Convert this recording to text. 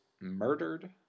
murdered